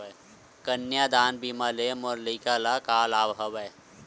कन्यादान बीमा ले मोर लइका ल का लाभ हवय?